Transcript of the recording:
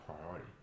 priority